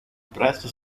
presto